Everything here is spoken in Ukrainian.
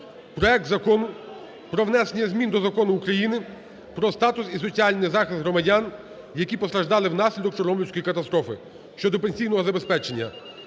проект Закону про внесення змін до Закону України "Про статус і соціальний захист громадян, які постраждали внаслідок Чорнобильської катастрофи" щодо пенсійного забезпечення